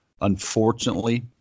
unfortunately